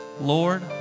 Lord